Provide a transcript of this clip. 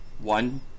one